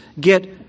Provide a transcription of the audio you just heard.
get